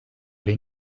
oli